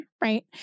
Right